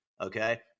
okay